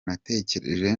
natekereje